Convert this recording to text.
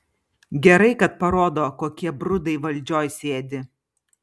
gerai kad parodo kokie brudai valdžioj sėdi